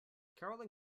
carolyn